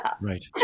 Right